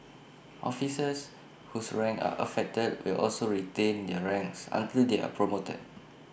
officers whose ranks are affected will also retain their ranks until they are promoted